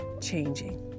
changing